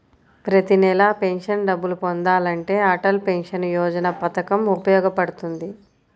ప్రతి నెలా పెన్షన్ డబ్బులు పొందాలంటే అటల్ పెన్షన్ యోజన పథకం ఉపయోగపడుతుంది